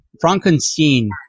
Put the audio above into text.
Frankenstein